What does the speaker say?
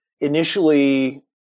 initially